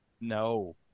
No